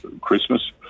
Christmas